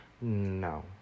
No